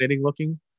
looking